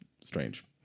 strange